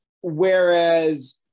whereas